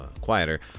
quieter